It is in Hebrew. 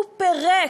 הוא פירק,